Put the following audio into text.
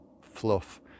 fluff